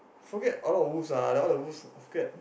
forgot a lot of wolves ah all the wolves forget